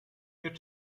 meer